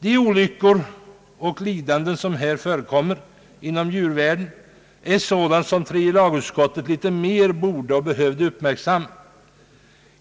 De olyckor och lidanden som förekommer inom djurvärlden i detta sammanhang borde tredje lagutskottet uppmärksamma litet mer.